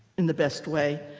in the best way.